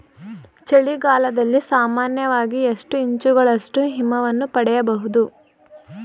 ಚಳಿಗಾಲದಲ್ಲಿ ಸಾಮಾನ್ಯವಾಗಿ ಎಷ್ಟು ಇಂಚುಗಳಷ್ಟು ಹಿಮವನ್ನು ಪಡೆಯಬಹುದು?